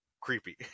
creepy